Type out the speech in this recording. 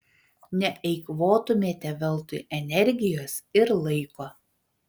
neeikvotumėte veltui energijos ir laiko